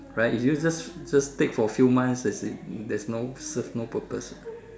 correct if you just just take for few months as in there's no serve no purpose